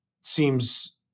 seems